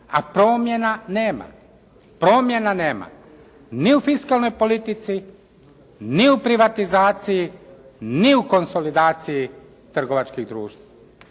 a promjena nema, promjena nema ni u fiskalnoj politici, ni u privatizaciji, ni u konsolidaciji trgovačkih društava.